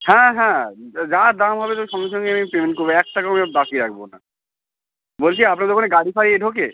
হ্যাঁ হ্যাঁ যা দাম হবে তো সঙ্গে সঙ্গেই আমি পেমেন্ট করবো এক টাকাও যেন বাকি রাখবো না বলছি আপনাদের ওখানে গাড়ি ফাড়ি ঢোকে